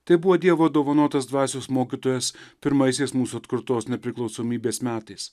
tai buvo dievo dovanotas dvasios mokytojas pirmaisiais mūsų atkurtos nepriklausomybės metais